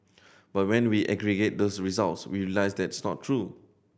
but when we aggregate those results we realise that's not true